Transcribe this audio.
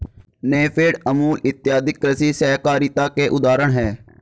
नेफेड, अमूल इत्यादि कृषि सहकारिता के उदाहरण हैं